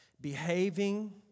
behaving